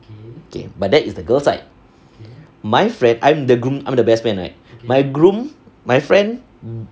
okay but that is the girl side my friend I'm the groom I'm the best man right my groom my friend